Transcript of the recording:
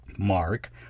mark